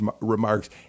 remarks